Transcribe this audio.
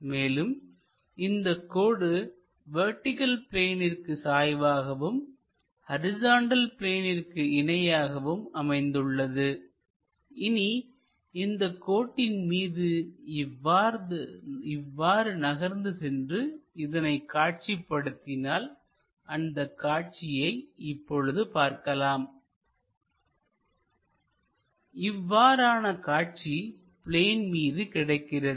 மேலும் இந்தக் கோடு வெர்டிகள் பிளேனிற்கு சாய்வாகவும் ஹரிசாண்டல் பிளேனிற்கு இணையாகவும் அமைந்துள்ளது இனி இந்த கோட்டின் மீது இவ்வாறு நகர்ந்து சென்று அதனை காட்சிப்படுத்தினால்அந்தக் காட்சியை இப்போது பார்க்கலாம் இவ்வாறான காட்சி பிளேன் மீது கிடைக்கிறது